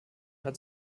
hat